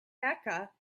mecca